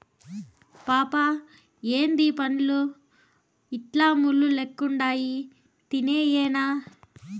పాపా ఏందీ పండ్లు ఇట్లా ముళ్ళు లెక్కుండాయి తినేయ్యెనా